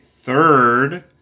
third